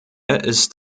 ist